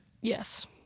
yes